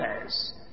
says